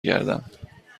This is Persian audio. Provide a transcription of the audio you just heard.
گردم